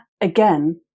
again